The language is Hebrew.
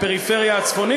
הפריפריה הצפונית,